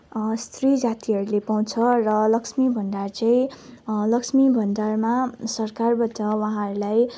स्त्री जातिहरूले पाउँछ र लक्ष्मी भन्डार चाहिँ लक्ष्मी भन्डारमा सरकारबाट उहाँहरूलाई